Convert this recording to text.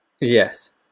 yes